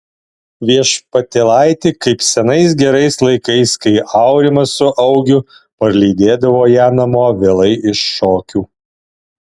viešpatėlaiti kaip senais gerais laikais kai aurimas su augiu parlydėdavo ją namo vėlai iš šokių